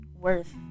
worth